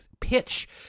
pitch